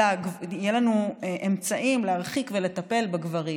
אלא יהיו לנו אמצעים להרחיק את הגברים ולטפל בגברים.